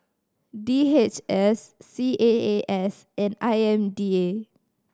D H S C A A S and I M D A